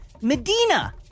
Medina